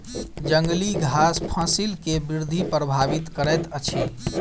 जंगली घास फसिल के वृद्धि प्रभावित करैत अछि